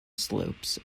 slopes